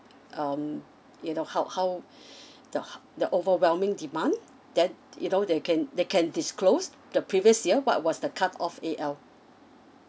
um you know how how the how the overwhelming demand that you know they can they can disclose the previous year what was the cut of A_L